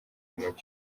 umucyo